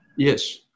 Yes